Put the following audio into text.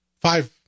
five